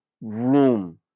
room